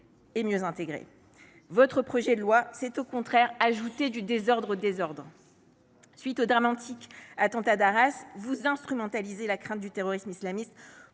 et mieux intégrer. Votre projet de loi aura au contraire pour effet d’ajouter du désordre au désordre. À la suite du dramatique attentat d’Arras, vous instrumentalisez la crainte du terrorisme islamiste